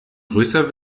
größer